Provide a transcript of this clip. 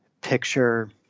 picture